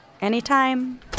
Anytime